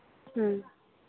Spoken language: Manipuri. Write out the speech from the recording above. ꯎꯝ